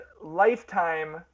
lifetime